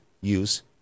use